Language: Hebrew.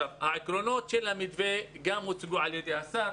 העקרונות של המתווה הוצגו על ידי השר.